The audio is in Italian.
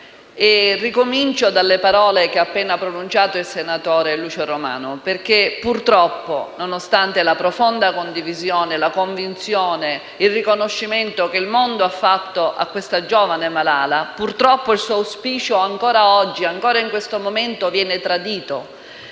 cominciare dalle parole che ha appena pronunciato il senatore Romano, perché purtroppo, nonostante la profonda condivisione, la convinzione e il riconoscimento che il mondo ha fatto alla giovane Malala, il suo auspicio ancora oggi e ancora in questo momento viene tradito.